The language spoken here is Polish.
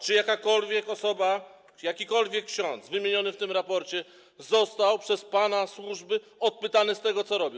Czy jakakolwiek osoba, jakikolwiek ksiądz wymieniony w tym raporcie został przez pana służby odpytany z tego, co robił?